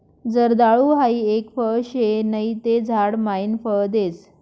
जर्दाळु हाई एक फळ शे नहि ते झाड मायी फळ देस